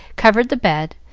covered the bed,